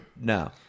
no